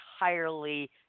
entirely